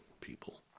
people